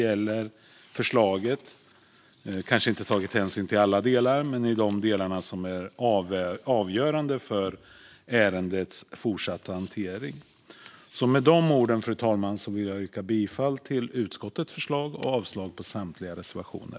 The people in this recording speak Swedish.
Man har kanske inte tagit hänsyn till alla delar, men man har tagit hänsyn till det som är avgörande för ärendets fortsatta hantering. Med de orden vill jag yrka bifall till utskottets förslag och avslag på samtliga reservationer.